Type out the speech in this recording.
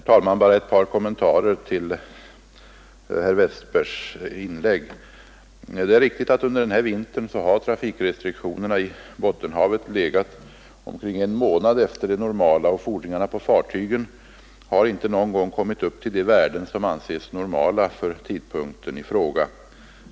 Herr talman! Bara ett par kommentarer till herr Westbergs inlägg. Det är riktigt att under den här vintern har trafikrestriktionerna på Bottenhavet legat omkring en månad efter det normala, och fordringarna på fartygen har inte någon gång kommit upp till de värden som anses normala för tidpunkten i fråga.